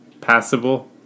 Passable